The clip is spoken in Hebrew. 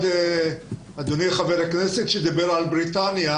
אדוני חבר הכנסת שדיבר על בריטניה,